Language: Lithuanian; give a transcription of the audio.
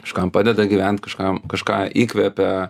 kažkam padeda gyvent kažkam kažką įkvepia